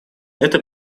это